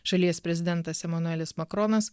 šalies prezidentas emanuelis makronas